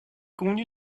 convenu